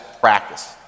practice